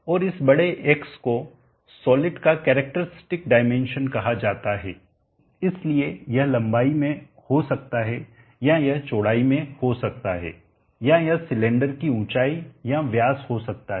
और इस बड़े X को सॉलिड का कैरेक्टरस्टिक डाइमेंशन कहा जाता है इसलिए यह लंबाई में हो सकता है या यह चौड़ाई में हो सकता है या यह सिलेंडर की ऊंचाई या व्यास हो सकता है